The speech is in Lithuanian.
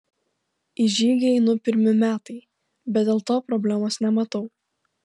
į žygį einu pirmi metai bet dėl to problemos nematau